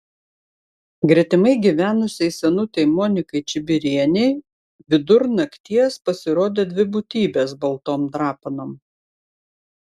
gretimai gyvenusiai senutei monikai čibirienei vidur nakties pasirodė dvi būtybės baltom drapanom